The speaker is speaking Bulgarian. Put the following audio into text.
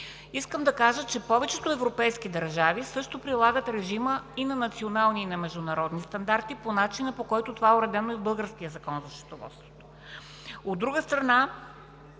Искам да кажа, че повечето европейски държави също прилагат режим и на национални, и на международни стандарти, по начина по който това е уредено и в българския Закон за счетоводството.